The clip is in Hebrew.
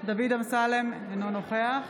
דוד אמסלם, אינו נוכח